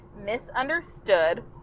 misunderstood